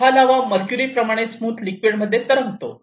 हा लावा मरक्यूरी प्रमाणे स्मूथ लिक्विड मध्ये तरंगतो